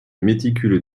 méticuleux